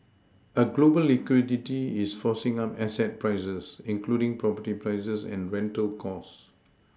a global liquidity is forcing up asset prices including property prices and rental costs